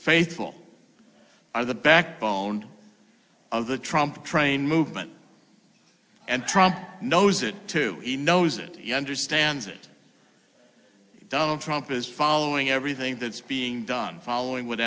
faithful are the backbone of the trump train movement and trump knows it too he knows it understands that donald trump is following everything that's being done following w